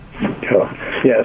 Yes